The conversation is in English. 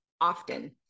often